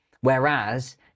whereas